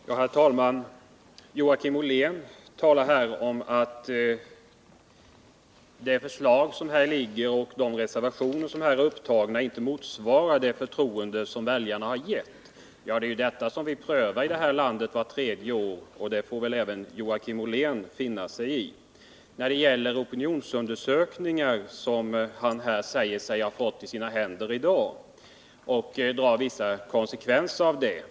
Herr talman! Joakim Ollén menar att det förslag som föreligger och de reservationer som avgivits innebär att vi inte motsvarar det förtroende som väljarna har visat oss. Ja, det är ju detta som vi prövar i det här landet vart tredje år, och det får väl även Joakim Ollén finna sig i. Joakim Ollén säger sig ha fått vissa opinionsundersökningar i sina händer, och han drar vissa slutsatser av dessa.